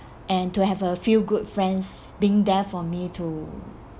and to have a few good friends being there for me to